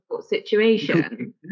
situation